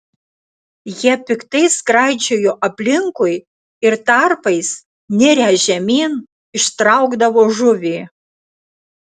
jie piktai skraidžiojo aplinkui ir tarpais nirę žemyn ištraukdavo žuvį